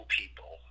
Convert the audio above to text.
people